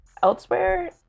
elsewhere